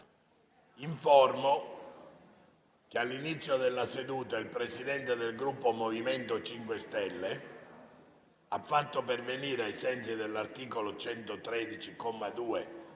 che all'inizio della seduta il Presidente del Gruppo MoVimento 5 Stelle ha fatto pervenire, ai sensi dell'articolo 113,